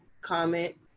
comment